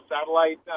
satellite